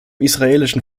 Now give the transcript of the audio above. israelischen